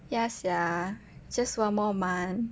ya sia just one more month